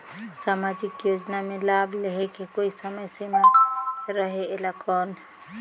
समाजिक योजना मे लाभ लहे के कोई समय सीमा रहे एला कौन?